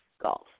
golf